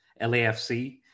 LAFC